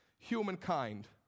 humankind